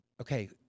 okay